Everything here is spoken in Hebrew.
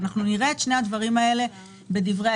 נראה את שני הדברים האלה בפירוט.